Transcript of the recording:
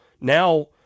now